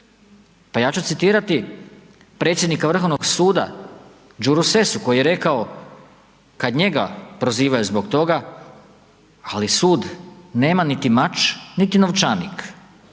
Pa ja ću citirati predsjednika Vrhovnog suda Đuru Sessu koji je rekao kad njega prozivaju zbog toga, ali sud nema niti mač, niti novčanik,